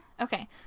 Okay